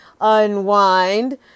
unwind